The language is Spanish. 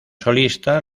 solista